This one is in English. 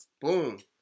boom